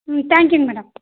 ம் thank you madam